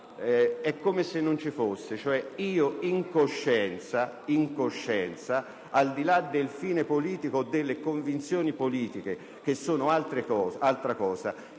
è come se non ci fosse. In coscienza, al di là del fine o delle convinzioni politiche, che sono altra cosa,